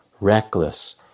reckless